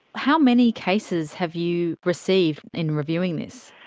how many cases have you received in reviewing this?